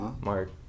Mark